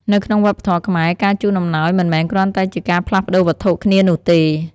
នៅក្នុងវប្បធម៌ខ្មែរ ការជូនអំណោយមិនមែនគ្រាន់តែជាការផ្លាស់ប្ដូរវត្ថុគ្នានោះទេ។